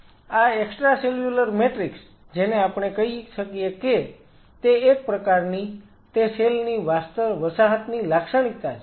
આ extracellular matrix જેને આપણે કહી શકીએ કે તે એક પ્રકારની તે સેલ ની વસાહતની લાક્ષણિકતા છે